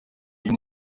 uyu